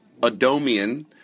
Adomian